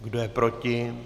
Kdo je proti?